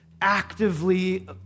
actively